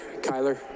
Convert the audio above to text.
Kyler